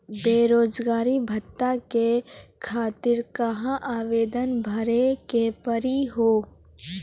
बेरोजगारी भत्ता के खातिर कहां आवेदन भरे के पड़ी हो?